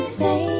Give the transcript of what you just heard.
say